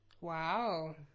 Wow